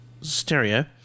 stereo